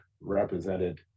represented